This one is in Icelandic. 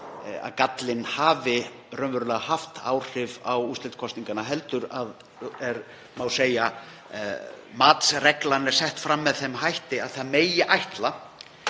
að gallinn hafi raunverulega haft áhrif á úrslit kosninganna heldur má segja að matsreglan sé sett fram með þeim hætti, þ.e. ef ætla